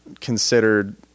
considered